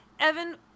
Evan